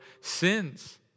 sins